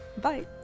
Bye